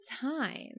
time